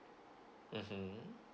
mmhmm